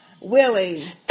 Willie